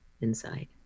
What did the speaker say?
inside